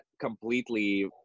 completely